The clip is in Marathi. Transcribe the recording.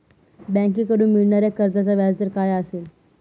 बँकेकडून मिळणाऱ्या कर्जाचा व्याजदर काय असेल?